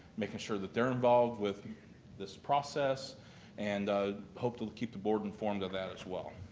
making sure that they're involved with this process and hope to keep the board informed of that as well.